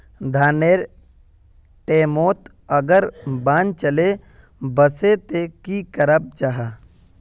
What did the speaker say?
धानेर टैमोत अगर बान चले वसे ते की कराल जहा?